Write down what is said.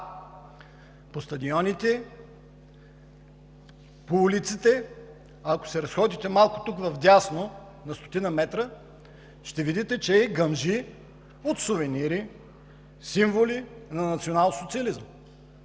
по стадионите, по улиците, ако се разходите малко тук вдясно, на стотина метра, ще видите, че гъмжи от сувенири, символи на националсоциализма,